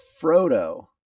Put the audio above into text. Frodo